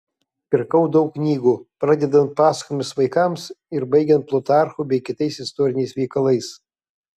pirkau daug knygų pradedant pasakomis vaikams ir baigiant plutarchu bei kitais istoriniais veikalais